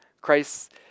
Christ